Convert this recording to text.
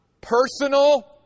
personal